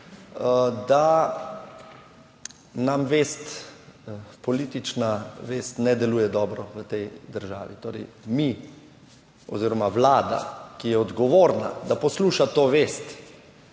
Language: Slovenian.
da nam politična vest ne deluje dobro v tej državi. Torej, mi oziroma vlada, ki je odgovorna, da posluša to vest